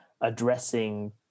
addressing